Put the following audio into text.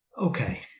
Okay